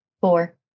four